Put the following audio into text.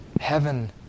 Heaven